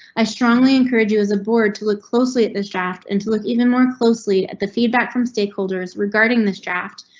i strongly encourage you as a board to look closely at this draft and to look even more closely at the feedback from stakeholders regarding this draft.